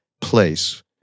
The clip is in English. place